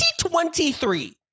2023